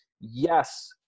yes